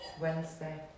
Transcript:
Wednesday